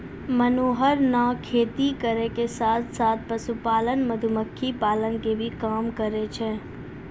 मनोहर नॅ खेती करै के साथॅ साथॅ, पशुपालन, मधुमक्खी पालन के भी काम करै छै